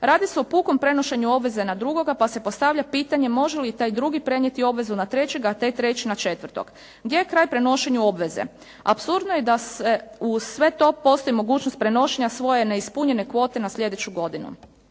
Radi se o pukom prenošenju obveze na drugoga pa se postavlja pitanje može li taj drugi prenijeti obvezu na trećega, a taj treći na četvrtog. Gdje je kraj prenošenju obveze? Apsurdno je da uz sve to postoji mogućnost prenošenja svoje neispunjenje kvote na sljedeću godinu.